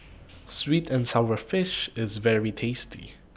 Sweet and Sour Fish IS very tasty